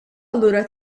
allura